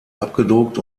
abgedruckt